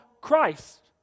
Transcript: Christ